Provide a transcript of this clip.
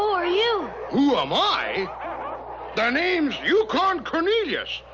are you? who am i? the name's yukon cornelius,